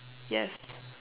yes